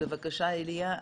בבקשה, איליה,